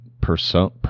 person